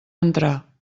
entrar